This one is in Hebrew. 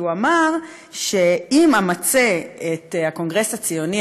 כי הוא אמר: "אם אמצה את הקונגרס הציוני